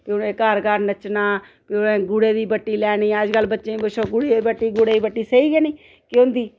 फ्ही उनें घर घर नच्चना फ्ही उ'नें गुड़ै दी बट्टी लैनी अज्जकल बच्चें गी पुच्छो गुड़ै दी बट्टी गुड़ै दी बट्टी सेही गै निं केह् होंदी